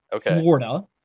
Florida